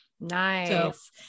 Nice